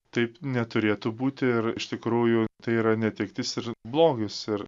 taip neturėtų būti ir iš tikrųjų tai yra netektis ir blogis ir